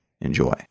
enjoy